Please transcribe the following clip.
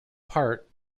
part